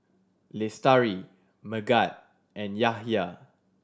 Lestari Megat and Yahaya